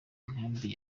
inkambi